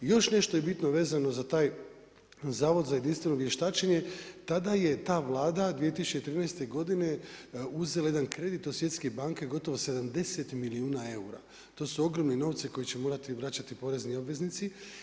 Još nešto je bitno vezano za taj Zavod za jedinstveno vještačenje, tada je ta vlada 2013. godine uzela jedan kredit od Svjetske banke gotovo 70 milijuna eura, to su ogromni novci koje će morati vraćati porezni obveznici.